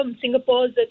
Singapore's